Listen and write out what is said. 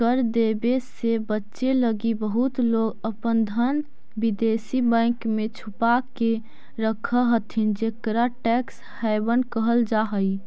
कर देवे से बचे लगी बहुत लोग अपन धन विदेशी बैंक में छुपा के रखऽ हथि जेकरा टैक्स हैवन कहल जा हई